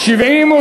סעיפים 1 3 נתקבלו.